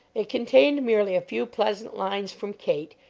it contained merely a few pleasant lines from kate,